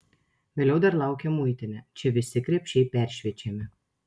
vėliau dar laukia muitinė čia visi krepšiai peršviečiami